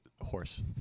horse